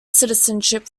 citizenship